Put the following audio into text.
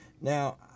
Now